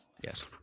Yes